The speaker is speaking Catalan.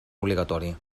obligatori